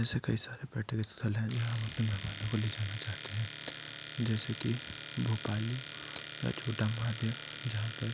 ऐसे कई सारे पर्यटक स्थल हैं जहाँ हम अपने मेहमानों को ले जाना चाहते हैं जैसे कि भोपाली या छोटा महादेव जहाँ पर